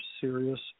serious